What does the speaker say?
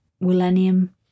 Millennium